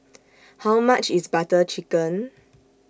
How much IS Butter Chicken